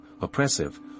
oppressive